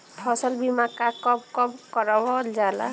फसल बीमा का कब कब करव जाला?